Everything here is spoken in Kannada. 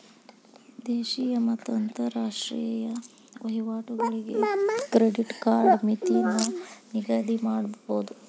ದೇಶೇಯ ಮತ್ತ ಅಂತರಾಷ್ಟ್ರೇಯ ವಹಿವಾಟುಗಳಿಗೆ ಕ್ರೆಡಿಟ್ ಕಾರ್ಡ್ ಮಿತಿನ ನಿಗದಿಮಾಡಬೋದು